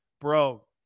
bro